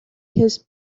his